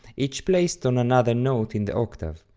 each placed on another note in the octave.